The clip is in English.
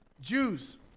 Jews